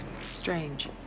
strange